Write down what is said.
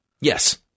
Yes